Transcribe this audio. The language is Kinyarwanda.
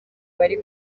bari